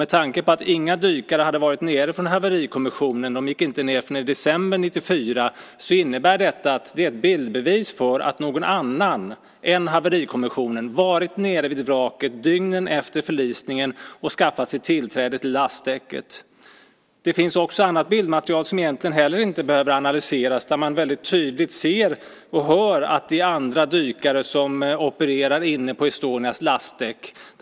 Med tanke på att inga dykare från haverikommissionen hade varit nere - de gick inte ned förrän i december 1994 - innebär det att detta är ett bildbevis på att någon annan än haverikommissionen dygnen efter förlisningen varit nere vid vraket och skaffat sig tillträde till lastdäcket. Det finns också annat material som egentligen inte heller behöver analyseras eftersom man tydligt ser och hör att andra dykare opererar inne på Estonias lastdäck.